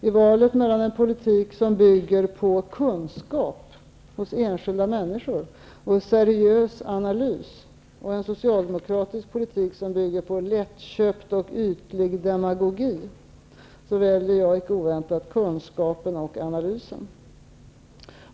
I valet mellan en politik som bygger på kunskap hos enskilda människor och seriös analys och en socialdemokratisk politik, som bygger på lättköpt och ytlig demagogi, väljer jag icke oväntat kunskapen och analysen.